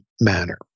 manner